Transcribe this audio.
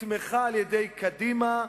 נתמכה על-ידי קדימה,